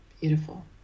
Beautiful